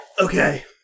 Okay